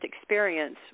experience